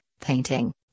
painting